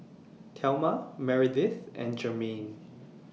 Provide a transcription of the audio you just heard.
Thelma Meredith and Jermaine